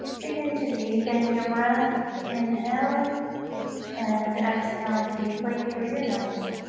begin to deepen your breath inhaling and exhaling deeply through your nose